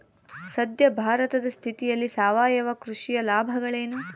ಸದ್ಯ ಭಾರತದ ಸ್ಥಿತಿಯಲ್ಲಿ ಸಾವಯವ ಕೃಷಿಯ ಲಾಭಗಳೇನು?